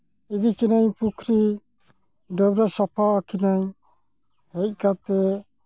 ᱤᱫᱤ ᱠᱤᱱᱟᱹᱧ ᱯᱩᱠᱷᱨᱤ ᱰᱟᱹᱵᱽᱨᱟᱹ ᱥᱟᱯᱷᱟ ᱠᱤᱱᱟᱹᱧ ᱦᱮᱡ ᱠᱟᱛᱮᱫ